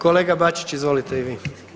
Kolega Bačić izvolite i vi.